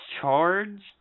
charge